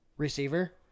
receiver